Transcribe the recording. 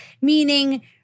meaning